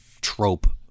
Trope